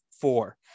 four